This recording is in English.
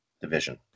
division